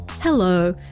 Hello